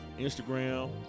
Instagram